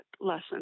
lesson